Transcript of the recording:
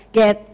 get